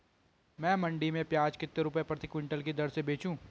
मैं मंडी में प्याज कितने रुपये प्रति क्विंटल की दर से बेचूं?